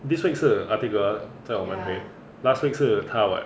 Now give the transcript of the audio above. this week 是 ahdige 驾我们回 last week 是他 [what]